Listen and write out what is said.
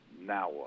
now